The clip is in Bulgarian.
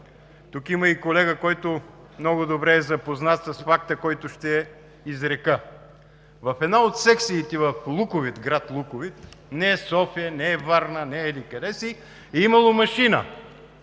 Тук има и колега, който много добре е запознат с факта, който ще изрека. В една от секциите в град Луковит – не е София, не е Варна, не е еди-къде си, е имало машина.